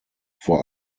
vor